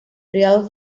real